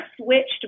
switched